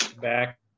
back